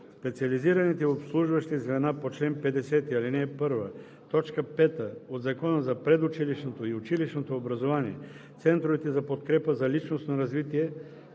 Специализираните обслужващи звена по чл. 50, ал. 1, т. 5 от Закона за предучилищното и училищното образование, центровете за подкрепа за личностно развитие